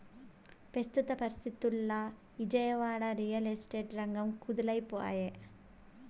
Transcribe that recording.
పెస్తుత పరిస్తితుల్ల Vijayawada, real estate రంగం కుదేలై పాయె